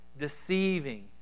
deceiving